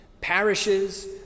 parishes